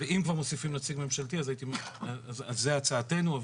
ואם כבר מוסיפים נציג ממשלתי, זו הצעתנו.